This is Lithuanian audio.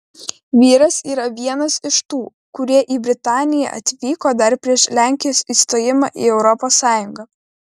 vyras yra vienas iš tų kurie į britaniją atvyko dar prieš lenkijos įstojimą į europos sąjungą